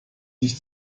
sich